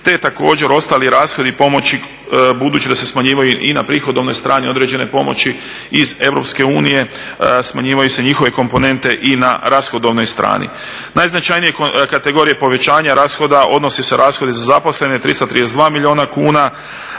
je također ostali rashodi pomoći budući da se smanjivaju i na prihodovnoj strani određene pomoći iz Europske unije, smanjivaju se njihove komponente i na rashodovnoj strani. Najznačajnije kategorije povećanja rashoda odnose se rashodi za zaposlene 332 milijuna kuna.